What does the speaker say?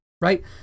right